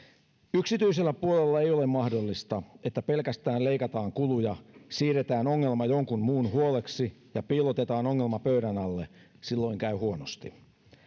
yksityisellä puolella ei ole mahdollista että pelkästään leikataan kuluja siirretään ongelma jonkun muun huoleksi ja piilotetaan ongelma pöydän alle silloin käy huonosti